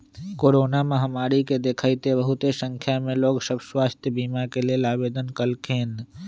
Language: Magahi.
कोरोना महामारी के देखइते बहुते संख्या में लोग सभ स्वास्थ्य बीमा के लेल आवेदन कलखिन्ह